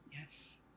Yes